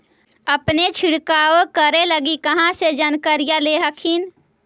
अपने छीरकाऔ करे लगी कहा से जानकारीया ले हखिन?